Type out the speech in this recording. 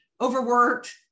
overworked